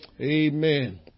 Amen